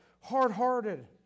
hard-hearted